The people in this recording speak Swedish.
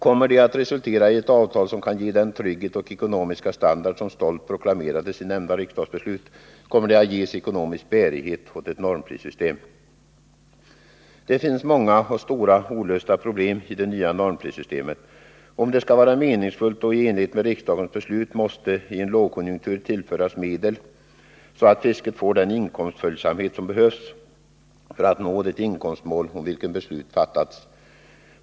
Kommer de att resultera i ett avtal som kan ge den trygghet och ekonomiska standard som stolt proklamerades i nämnda riksdagsbeslut? Kommer man att ge ekonomisk bärighet åt ett normprissystem? Det finns många och stora olösta problem i det nya normprissystemet. Om det skall vara meningsfullt och i enlighet med riksdagens beslut, måste det i en lågkonjunktur tillföras medel så att fisket får den inkomstföljsamhet som behövs för att nå det inkomstmål om vilket beslut fattats.